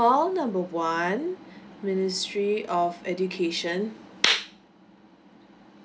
call number one one ministry of education